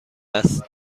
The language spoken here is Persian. است